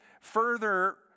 further